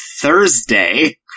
Thursday